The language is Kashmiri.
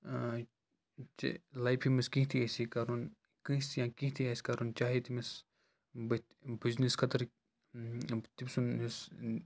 ٲں ژےٚ لایفہِ منٛز کینٛہہ تہِ آسی کَرُن کٲنٛسہِ تہِ یا کینٛہہ تہِ آسہِ کَرُن چاہے تٔمِس بٕتھ بِزنٮ۪س خٲطرٕ یِم تٔمۍ سُنٛد یُس ٲں